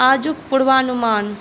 आजुक पूर्वानुमान